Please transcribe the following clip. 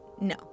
No